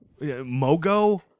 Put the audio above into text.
Mogo